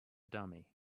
dummy